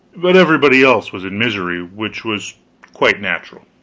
but everybody else was in misery which was quite natural.